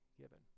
given